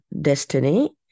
destiny